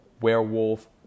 Werewolf